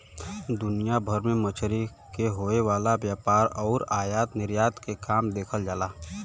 दुनिया भर में मछरी के होये वाला व्यापार आउर आयात निर्यात के काम देखल जाला